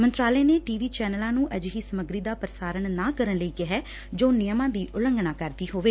ਮੰਤਰਾਲੇ ਨੇ T V ਚੈਨਲਾਂ ਨੂੰ ਅਜਿਹੀ ਸਮੱਗਰੀ ਦਾ ਪੁਸਾਰਣ ਨਾ ਕਰਨ ਲਈ ਕਿਹੈ ਜੋ ਨਿਯਮਾਂ ਦੀ ਉਲੰਘਣਾ ਕਰਦੀ ਹੋਵੇ